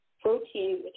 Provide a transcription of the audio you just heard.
protein